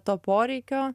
to poreikio